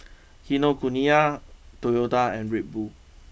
Kinokuniya Toyota and Red Bull